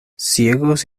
ciegos